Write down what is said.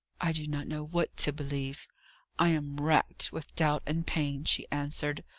i do not know what to believe i am racked with doubt and pain, she answered.